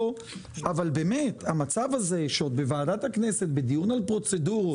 באמת, המצב הזה שבוועדת הכנסת בדיון על פרוצדורות